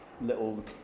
little